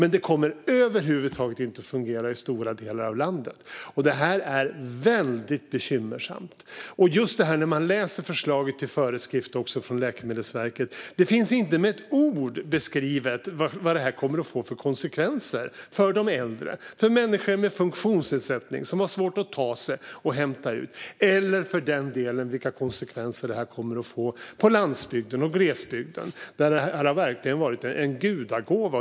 Men det kommer över huvud taget inte att fungera i stora delar av landet, och det är väldigt bekymmersamt. I förslaget till föreskrift från Läkemedelsverket beskrivs det inte med ett ord vad det här kommer att få för konsekvenser för äldre och människor med funktionsnedsättning som har svårt att ta sig till utlämningsställen - eller för den delen vilka konsekvenser det här kommer att få på landsbygden och i glesbygden där det här verkligen har varit en gudagåva.